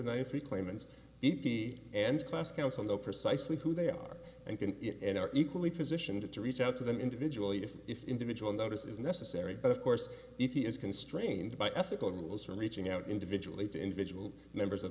ninety three claimants he and class council know precisely who they are and can and are equally positioned to reach out to them individually if individual notice is necessary but of course he is constrained by ethical rules for reaching out individually to individual members of